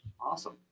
Awesome